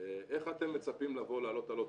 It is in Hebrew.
איך אתם מצפים לבוא לעלות על אוטובוס,